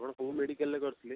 ଆପଣ କେଉଁ ମେଡ଼ିକାଲ୍ରେ କରିଥିଲେ